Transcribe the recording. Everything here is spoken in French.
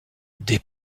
des